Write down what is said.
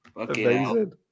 Amazing